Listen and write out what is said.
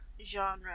genre